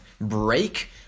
break